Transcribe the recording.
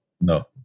No